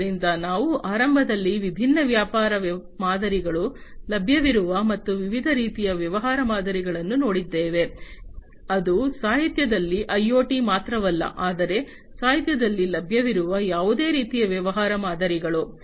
ಆದ್ದರಿಂದ ನಾವು ಆರಂಭದಲ್ಲಿ ವಿಭಿನ್ನ ವ್ಯಾಪಾರ ಮಾದರಿಗಳು ಲಭ್ಯವಿರುವ ಮತ್ತು ವಿವಿಧ ರೀತಿಯ ವ್ಯವಹಾರ ಮಾದರಿಗಳನ್ನು ನೋಡಿದ್ದೇವೆ ಅದು ಸಾಹಿತ್ಯದಲ್ಲಿ ಐಒಟಿ ಮಾತ್ರವಲ್ಲ ಆದರೆ ಸಾಹಿತ್ಯದಲ್ಲಿ ಲಭ್ಯವಿರುವ ಯಾವುದೇ ರೀತಿಯ ವ್ಯವಹಾರ ಮಾದರಿಗಳು